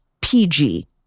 PG